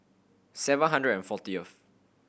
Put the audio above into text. seven hundred and fortieth